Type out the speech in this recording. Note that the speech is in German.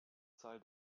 zahl